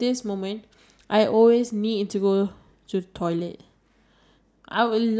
I think that's the most like that how cold